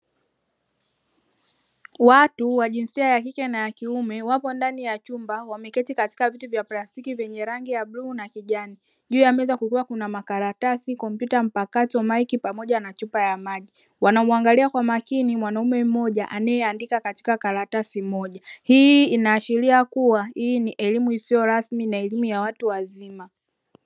Watu wa jinsia ya kike na kiume wapo ndani ya chumba, wameketi katika viti vya plastiki vyenye rangi ya bluu na kijani. Juu ya meza kukiwa kuna makaratasi, kompyuta mpakato, maiki pamoja na chupa ya maji. Wanamuangalia kwa makini mwanaume mmoja anayeandika katika karatasi moja, hii inaashiria kuwa hii ni elimu isiyo rasmi na elimu ya watu wazima.